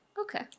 Okay